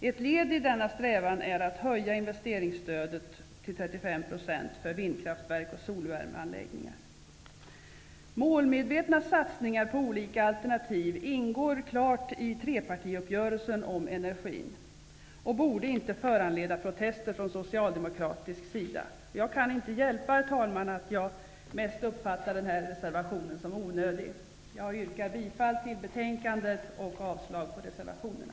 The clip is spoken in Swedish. Ett led i denna strävan är att höja investeringsstödet till 35 % för vindkraftverk och solvärmeanläggningar. Målmedvetna satsningar på olika alternativ ingår klart i trepartiuppgörelsen om energin och borde inte föranleda protester från socialdemokratisk sida. Jag kan inte hjälpa, herr talman, att jag mest uppfattar framställd reservation som onödig. Jag yrkar bifall till hemställan i betänkandet och avslag på reservationerna.